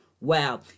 wow